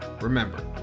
remember